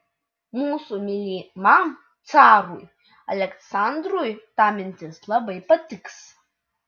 mūsų mylimam carui aleksandrui ta mintis labai patiks